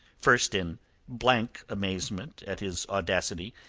first in blank amazement at his audacity,